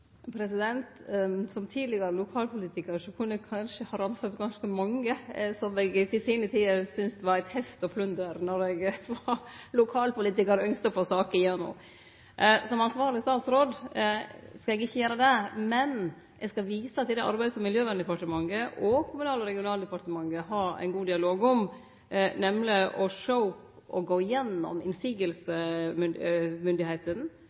Som tidlegare lokalpolitikar kunne eg kanskje ha ramsa opp ganske mange instansar som eg til tider syntest var til plunder og heft når eg som lokalpolitikar ynskte å få saker igjennom. Som ansvarleg statsråd skal eg ikkje gjere det. Men eg skal vise til det arbeidet som Miljøverndepartementet og Kommunal- og regionaldepartementet har ein god dialog om, nemleg å gå igjennom motsegnstyresmaktene – sjå